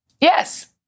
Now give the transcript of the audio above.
Yes